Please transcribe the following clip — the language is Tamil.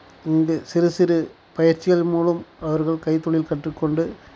இங்கு சிறு சிறு பயிற்சிகள் மூலம் அவர்கள் கைத்தொழில் கற்றுக்கொண்டு